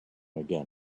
again